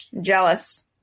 Jealous